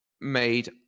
made